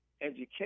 education